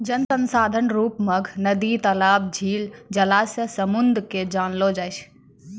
जल संसाधन रुप मग नदी, तलाब, झील, जलासय, समुन्द के जानलो जाय छै